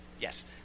yes